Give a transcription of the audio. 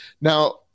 Now